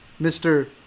Mr